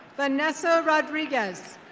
vanessa rodriguez.